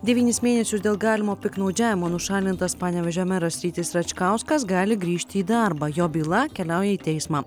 devynis mėnesius dėl galimo piktnaudžiavimo nušalintas panevėžio meras rytis račkauskas gali grįžti į darbą jo byla keliauja į teismą